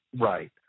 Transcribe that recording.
Right